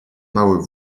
mały